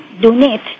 donate